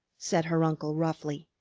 said her uncle roughly,